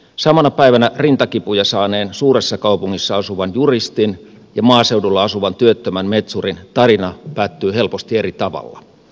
samana päivänä rintakipuja saaneen suuressa kaupungissa asuvan juristin ja maaseudulla asuvan työttömän metsurin tarina päättyy helposti eri tavalla